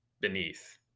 beneath